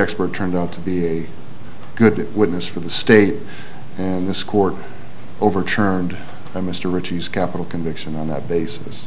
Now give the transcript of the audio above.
expert turned out to be a good witness for the state and this court overturned a mr ricci's capital conviction on that basis